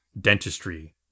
dentistry